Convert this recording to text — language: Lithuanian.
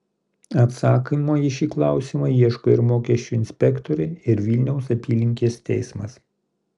atsakymo į šį klausią ieško ir mokesčių inspektoriai ir vilniaus apylinkės teismas